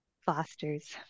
Fosters